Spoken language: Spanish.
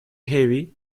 heavy